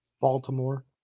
Baltimore